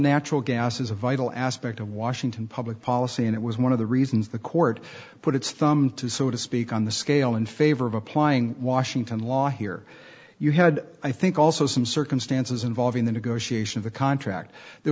natural gas is a vital aspect of washington public policy and it was one of the reasons the court put its thumb to so to speak on the scale in favor of applying washington law here you had i think also some circumstances involving the negotiation of a contract there